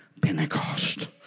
Pentecost